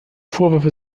vorwürfe